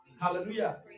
Hallelujah